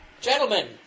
gentlemen